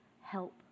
help